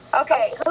Okay